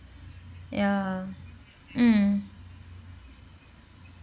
yeah mm